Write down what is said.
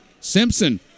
Simpson